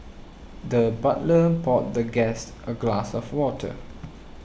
the butler poured the guest a glass of water